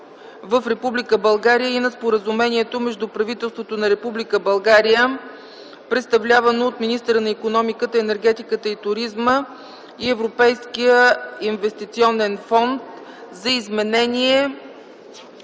в Република България и на Споразумението между правителството на Република България, представлявано от министъра на икономиката, енергетиката и туризма, и Европейския инвестиционен фонд за изменение